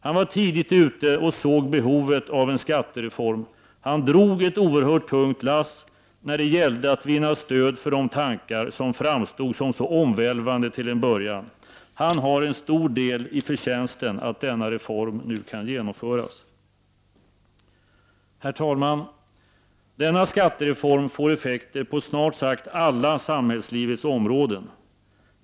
Han var tidigt ute och såg behovet av en skattereform. Han drog ett oerhört tungt lass när det gällde att vinna stöd för de tankar som framstod som så omvälvande till en början. Han har en stor del i förtjänsten att denna reform nu kan genomföras. Herr talman! Denna skattereform får effekter på snart sagt alla samhällslivets områden.